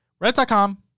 Reddit.com